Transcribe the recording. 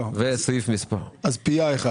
גם סעיף מספר 3